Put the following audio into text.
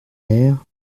ère